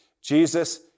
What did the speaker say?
Jesus